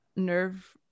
Nerve